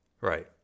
Right